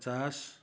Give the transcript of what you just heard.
पचास